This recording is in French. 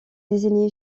désigné